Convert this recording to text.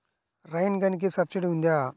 Rain గన్కి subsidy ఉందా?